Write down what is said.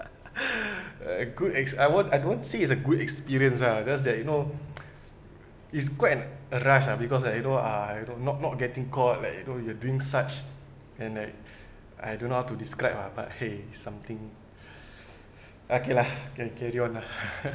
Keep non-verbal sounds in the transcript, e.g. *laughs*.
*laughs* a good ex~ I won't I don't want say is a good experience lah just that you know *noise* is quite an a rush lah because like you know ah not not getting caught like you know you're doing such and I I don't know how to describe lah but !hey! something *breath* okay lah can carry on lah *laughs*